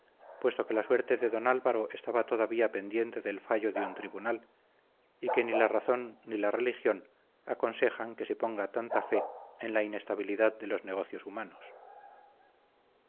puesto que la suerte de don álvaro estaba todavía pendiente del fallo de un tribunal y que ni la razón ni la religión aconsejan que se ponga tanta fe en la inestabilidad de los negocios humanos